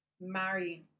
marrying